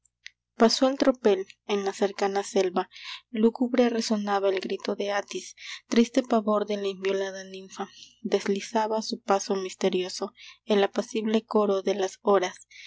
pasó el tropel en la cercana selva lúgubre resonaba el grito de atis triste pavor de la inviolada ninfa deslizaba su paso misterioso el apacible coro de las horas